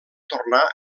tornar